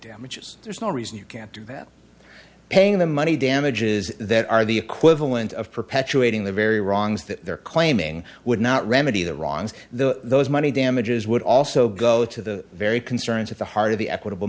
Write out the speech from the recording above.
damages there's no reason you can't do that paying them money damages that are the equivalent of perpetuating the very wrongs that they're claiming would not remedy the wrongs the those money damages would also go to the very concerns at the heart of the equitable